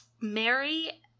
Mary